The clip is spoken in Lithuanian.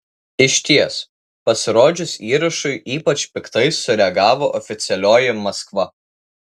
išties pasirodžius įrašui ypač piktai sureagavo oficialioji maskva